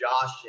Josh